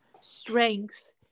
strength